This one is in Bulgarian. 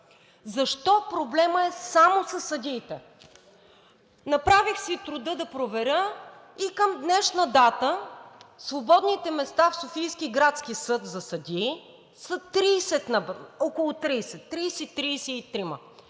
защо проблемът е само със съдиите? Направих си труда да проверя. Към днешна дата свободните места в Софийския градски съд за съдии са около 30, 30 – 33, а